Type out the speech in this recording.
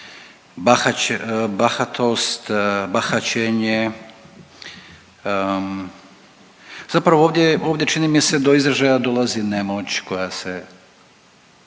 bahaćenje, zapravo ovdje, ovdje čini mi se, do izražaja dolazi nemoć koja se,